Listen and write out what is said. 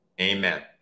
amen